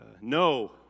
No